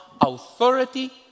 authority